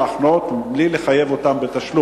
להחנות בחוף ינאי את הרכב בלי שיחייבו אותם בתשלום,